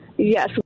Yes